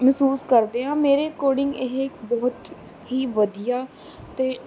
ਮਹਿਸੂਸ ਕਰਦੇ ਹਾਂ ਮੇਰੇ ਅਕੋਰਡਿੰਗ ਇਹ ਬਹੁਤ ਹੀ ਵਧੀਆ ਅਤੇ